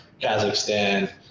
Kazakhstan